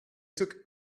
took